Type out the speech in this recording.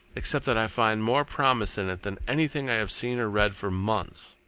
except that i find more promise in it than anything i have seen or read for months.